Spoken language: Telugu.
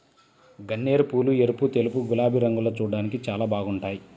గన్నేరుపూలు ఎరుపు, తెలుపు, గులాబీ రంగుల్లో చూడ్డానికి చాలా బాగుంటాయ్